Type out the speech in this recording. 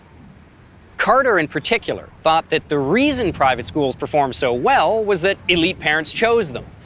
carter in particular thought that the reason private schools performed so well was that elite parents chose them.